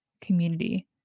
community